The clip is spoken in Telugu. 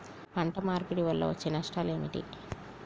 పంట మార్పిడి వల్ల వచ్చే నష్టాలు ఏమిటి?